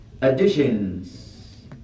additions